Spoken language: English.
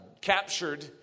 captured